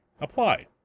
apply